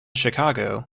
chicago